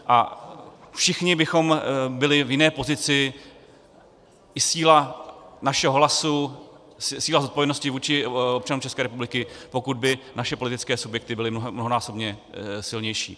A všichni bychom byli v jiné pozici, i síla našeho hlasu, síla zodpovědnosti vůči občanům České republiky, pokud by naše politické subjekty byly mnohonásobně silnější.